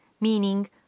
meaning